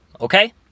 okay